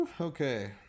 okay